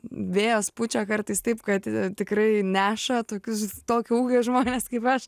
vėjas pučia kartais taip kad tikrai neša tokius tokio ūgio žmones kaip aš